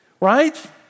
right